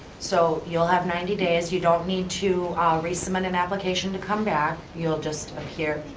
so you'll have ninety days. you don't need to resubmit an application to come back. you'll just appear,